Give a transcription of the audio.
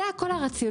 זה כל הרציונל.